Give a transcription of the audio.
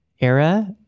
era